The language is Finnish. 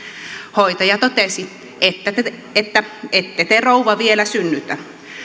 hoitaja totesi että ette te rouva vielä synnytä